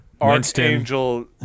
Archangel